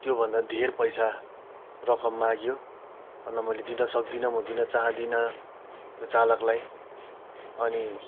त्योभन्दा धेर पैसा रकम माग्यो अन्त म दिन सक्दिन दिन चाहँदिन त्यो चालकलाई अनि